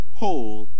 whole